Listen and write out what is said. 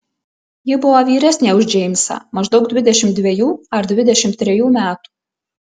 ji buvo vyresnė už džeimsą maždaug dvidešimt dvejų ar dvidešimt trejų metų